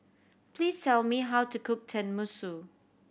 please tell me how to cook Tenmusu